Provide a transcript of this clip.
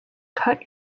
cut